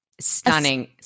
Stunning